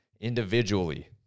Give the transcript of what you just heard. individually